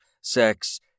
sex